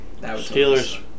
Steelers